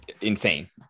insane